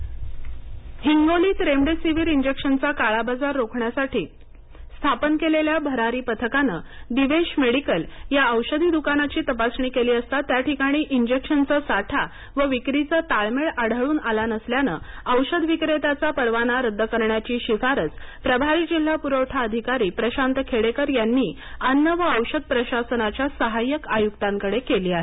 Hingoli remdesivir हिंगोलीत remdesivir इंजेक्शनचा काळाबाजार रोखण्यासाठी स्थापन केलेल्या भरारी पथकाने दिवेश मेडीकल या औषधी द्कानाची तपासणी केली असता त्या ठिकाणी इंजेक्शनचा साठा आणि विक्रीचा ताळमेळ आढळून आला नसल्याने औषध विक्रेत्याचा परवाना रद्द करण्याची शिफारस प्रभारी जिल्हा पुरवठा अधिकारी प्रशांत खेडेकर यांनी अन्न आणि औषध प्रशासनाच्या सहाय्यक आयुक्तांकडे केली आहे